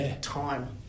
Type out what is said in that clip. time